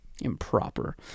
improper